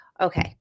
okay